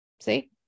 See